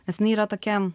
esmė yra tokia